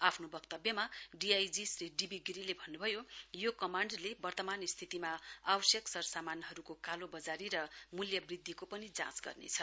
आफ्ने वक्तव्यमा DIG Shri D V गिरीले भन्नुभयो यो कमाण्डले वर्तमान स्थितिमा आवश्यक सरसामानहरुको कालो वजारी र मूल्य वृध्दिको पनि जाँच गर्नेछ